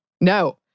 no